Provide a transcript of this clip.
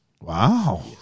Wow